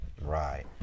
Right